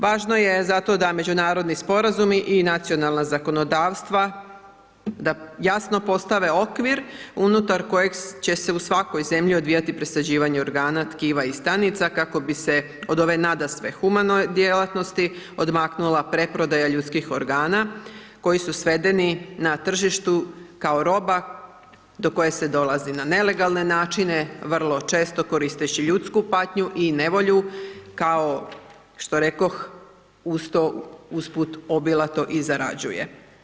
Važno je zato da međunarodni sporazumi i nacionalna zakonodavstva da jasno postave okvir unutar kojeg će se u svakoj zemlji odvijati presađivanje organa, tkiva i stanica kako bi se od ove nadasve humane djelatnosti odmaknula preprodaja ljudskih organa koji su svedeni na tržištu kao roba do koje se dolazi na nelegalne načine vrlo često koristeći ljudsku patnju i nevolju kao što rekoh uz to usput obilato i zarađuje.